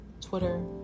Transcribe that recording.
Twitter